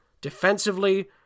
defensively